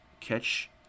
catch